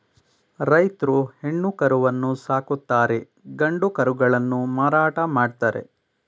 ರೈತ್ರು ಹೆಣ್ಣು ಕರುವನ್ನು ಸಾಕುತ್ತಾರೆ ಗಂಡು ಕರುಗಳನ್ನು ಮಾರಾಟ ಮಾಡ್ತರೆ